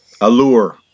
Allure